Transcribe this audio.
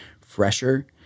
fresher